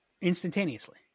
instantaneously